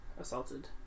assaulted